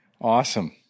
Awesome